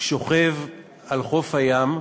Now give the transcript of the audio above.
שוכב על חוף הים,